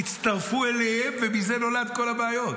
הצטרפו אליהם, ומזה נולדו כל הבעיות.